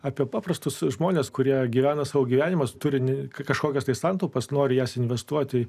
apie paprastus žmones kurie gyvena savo gyvenimą turi kažkokias tai santaupas nori jas investuoti